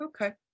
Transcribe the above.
Okay